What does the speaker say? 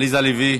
עליזה לביא,